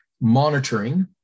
monitoring